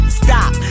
stop